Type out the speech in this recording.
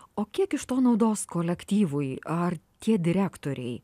o kiek iš to naudos kolektyvui ar tie direktoriai